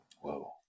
Whoa